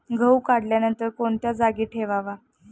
गहू काढल्यानंतर कोणत्या जागी ठेवावा?